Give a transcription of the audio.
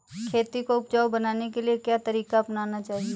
खेती को उपजाऊ बनाने के लिए क्या तरीका अपनाना चाहिए?